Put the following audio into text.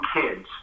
kids